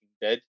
Dead